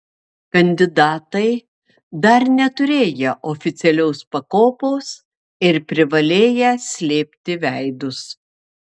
kandidatai dar neturėję oficialios pakopos ir privalėję slėpti veidus